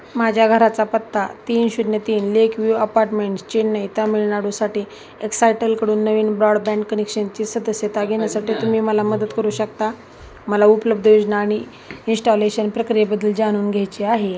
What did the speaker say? माझ्या घराचा पत्ता तीन शून्य तीन लेक व्यू अपार्टमेंट चेन्नई तामिळनाडूसाठी एक्सायटलकडून नवीन ब्रॉडबँड कनेक्शनची सदस्यता घेण्यासाठी तुम्ही मला मदत करू शकता मला उपलब्ध योजना आणि इन्स्टॉलेशन प्रक्रियेबद्दल जाणून घ्यायचे आहे